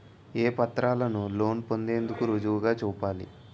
ఏ పత్రాలను లోన్ పొందేందుకు రుజువుగా చూపాలి?